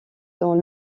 dans